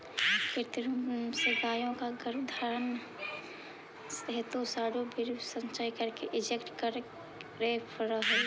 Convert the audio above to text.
कृत्रिम रूप से गायों के गर्भधारण हेतु साँडों का वीर्य संचय करके इंजेक्ट करे पड़ हई